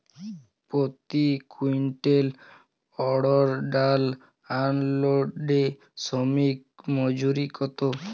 প্রতি কুইন্টল অড়হর ডাল আনলোডে শ্রমিক মজুরি কত?